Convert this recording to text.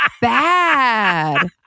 Bad